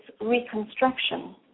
reconstruction